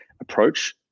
approach